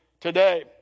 today